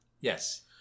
Yes